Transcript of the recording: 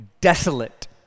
desolate